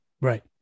Right